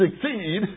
succeed